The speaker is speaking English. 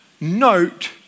note